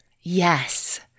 Yes